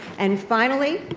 and finally,